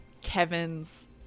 Kevin's